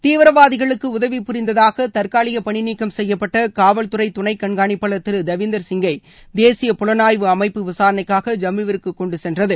தீவிரவாதிகளுக்கு உதவி புரிந்ததாக தற்காலிக பணி நீக்சும் செய்யப்பட்ட காவல்துறை துணை கண்காணிப்பாளர் திரு தேவிந்திர் சிங்கை தேசிய புலனாய்வு அமைப்பு விசாரணைக்காக ஜம்முவிற்கு கொண்டு சென்றது